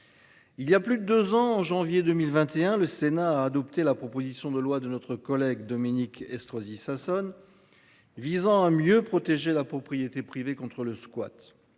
Il y a plus de 2 ans en janvier 2021. Le Sénat a adopté la proposition de loi de notre collègue Dominique Estrosi Sassone. Visant à mieux protéger la propriété privée contre le squat